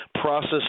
process